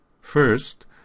First